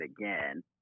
again